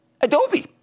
Adobe